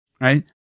right